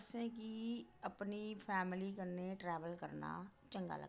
असेंगी अपनी फैमली कन्नै ट्रैवल करना चंगा लगदा ऐ